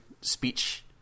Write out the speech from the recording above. speech